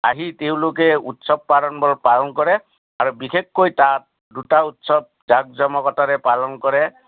আহি তেওঁলোকে উৎসৱ পাৰ্বণবোৰ পালন কৰে আৰু বিশেষকৈ তাত দুটা উৎসৱ জাক জমকতাৰে পালন কৰে